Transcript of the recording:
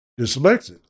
dyslexic